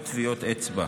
ללא טביעות אצבע,